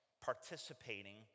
participating